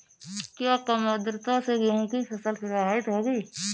क्या कम आर्द्रता से गेहूँ की फसल प्रभावित होगी?